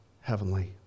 heavenly